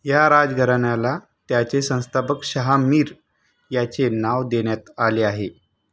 या राजघराण्याला त्याचे संस्थापक शहा मीर याचे नाव देन्यात आले आहे